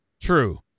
true